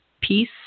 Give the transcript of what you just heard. peace